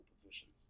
positions